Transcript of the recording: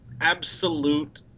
absolute